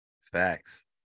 Facts